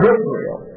Israel